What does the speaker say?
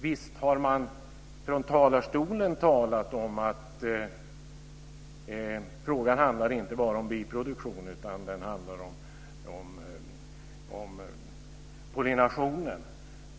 Visst har man från talarstolen talat om att frågan inte bara handlar om biproduktion utan att den handlar om pollinationen.